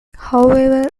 however